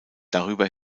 darüber